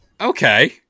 Okay